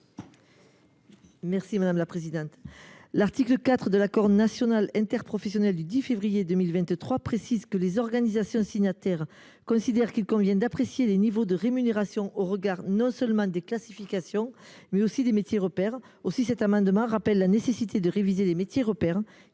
n° 80 rectifié. L’article 4 de l’accord national interprofessionnel du 10 février 2023 précise que les organisations signataires considèrent qu’il convient d’apprécier les niveaux de rémunération au regard non seulement des classifications, mais aussi des métiers repères. Aussi cet amendement vise t il à rappeler la nécessité de réviser les métiers repères,